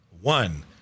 One